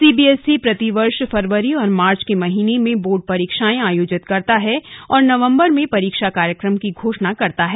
CBSE प्रति वर्ष फरवरी और मार्च के महीने में बोर्ड परीक्षाएं आयोजित करता है तथा नवंबर में परीक्षा कार्यक्रम की घोषणा करता है